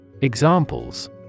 Examples